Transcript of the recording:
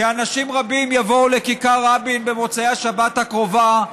כי אנשים רבים יבואו לכיכר רבין במוצאי השבת הקרובה,